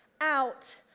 out